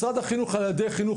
משרד החינוך על ידי חינוך,